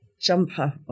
jumper